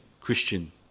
Christian